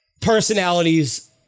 Personalities